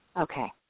Okay